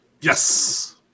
Yes